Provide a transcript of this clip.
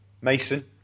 Mason